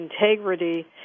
integrity